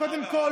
קודם כול,